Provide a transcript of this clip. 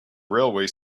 railway